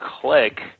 click